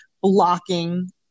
blocking